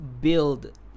build